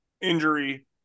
injury